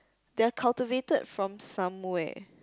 they are cultivated from somewhere